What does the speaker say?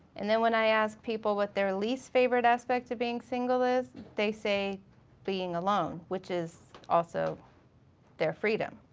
and then when i ask people what their least favorite aspect of being single is, they say being alone which is also their freedom.